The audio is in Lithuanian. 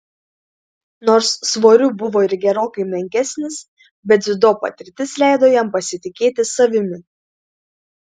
nors svoriu buvo ir gerokai menkesnis bet dziudo patirtis leido jam pasitikėti savimi